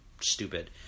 stupid